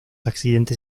accidentes